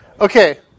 Okay